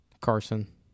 Carson